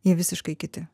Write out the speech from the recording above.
jie visiškai kiti